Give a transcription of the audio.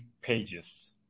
pages